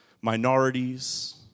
minorities